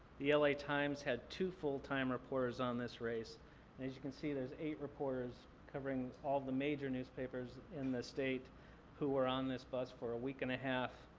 the la times had two full-time reporters on this race and as you can see, there's eight reporters covering all the major newspapers in the state who were on this bus for a week and a half,